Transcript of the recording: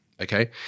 Okay